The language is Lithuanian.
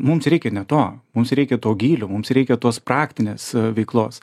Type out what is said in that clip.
mums reikia ne to mums reikia to gylio mums reikia tos praktinės veiklos